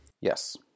Yes